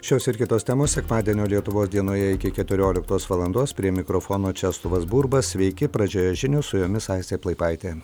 šios ir kitos temos sekmadienio lietuvos dienoje iki keturioliktos valandos prie mikrofono česlovas burba sveiki pradžioje žinios su jomis aistė plaipaitė